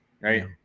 right